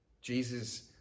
Jesus